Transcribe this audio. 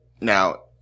now